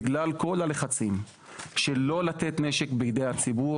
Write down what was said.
בגלל כל הלחצים של לא לתת נשק בידי הציבור,